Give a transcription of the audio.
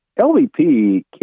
lvp